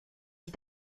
ich